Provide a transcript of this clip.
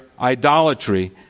idolatry